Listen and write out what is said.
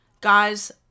Guys